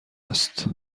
است